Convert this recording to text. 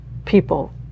people